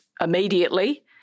immediately